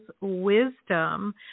wisdom